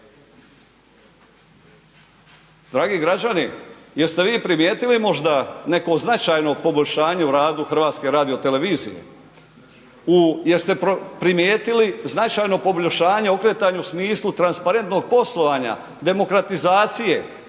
Dragi građani, jeste vi primijetili neko značajno poboljšanje u radu HRT-a? Jeste primijetili značajno poboljšanje okretanje u smislu transparentnog poslovanja, demokratizacije,